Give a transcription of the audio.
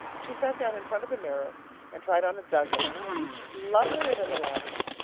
she sat down in front of a mirror and tried on a dozen, each lovelier than the last,